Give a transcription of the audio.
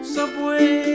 Subway